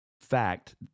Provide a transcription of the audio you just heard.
fact